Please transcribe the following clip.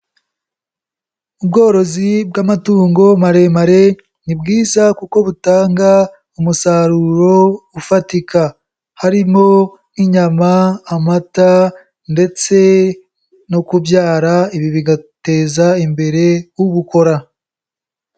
Ubworozi bw'amatungo maremare ni bwiza kuko butanga umusaruro ufatika; harimo nk'inyama, amata ndetse no kubyara ibi bigateza imbere ubukora.